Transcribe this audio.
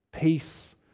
peace